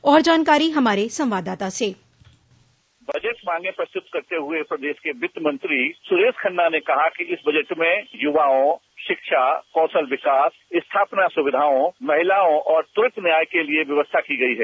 और जानकारी हमारे संवाददाता से बजट मांगे प्रस्तुत करते हुए प्रदेश के वित्तमंत्री सुरेश खन्ना ने कहा कि इस बजट में युवाओं शिक्षा कौशल विकास स्थापना सुविधाओं महिलाओं और त्वरित न्याय के लिए व्यवस्था की गई है